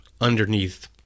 underneath